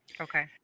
Okay